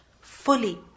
Fully